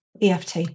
EFT